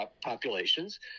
populations